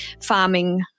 farming